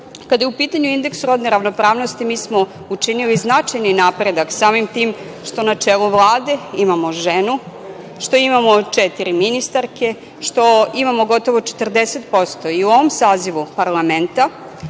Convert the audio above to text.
je u pitanju indeks rodne ravnopravnosti, mi smo učinili značajni napredak, samim tim što na čelu Vlade imamo ženu, imamo četiri ministarke, imamo gotovo 40% i u ovom sazivu parlamenta,